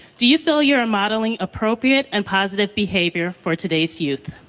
do you feel you are modelling appropriate and positive behavior for today's youth?